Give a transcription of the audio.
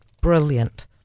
brilliant